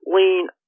lean